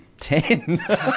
ten